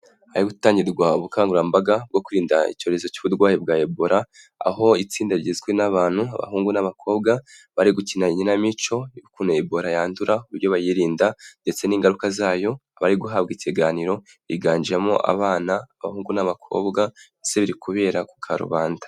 Ahari gutangirwa ubukangurambaga bwo kwirinda icyorezo cy'uburwayi bwa Ebola, aho itsinda rigizwe n'abantu, abahungu n'abakobwa bari gukina ikinamico y'ukuntu Ebola yandura n'uburyo bayirinda ndetse n'ingaruka zayo. Abari guhabwa ikiganiro higanjemo abana, abahungu n'abakobwa mbese biri kubera ku karubanda.